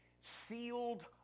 sealed